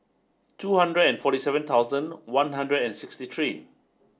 two hundred and forty seven thousand one hundred and sixty three